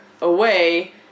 away